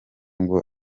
ngo